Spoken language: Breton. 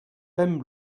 pemp